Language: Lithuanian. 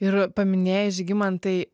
ir paminėjai žygimantai